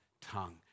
tongue